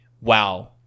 wow